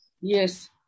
Yes